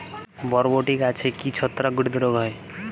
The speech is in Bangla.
বরবটি গাছে কি ছত্রাক ঘটিত রোগ হয়?